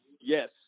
Yes